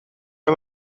are